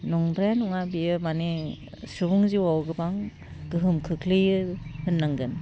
नंद्राया नङा बेयो माने सुबुं जिउवाव गोबां गोहोम खोख्लैयो होननांगोन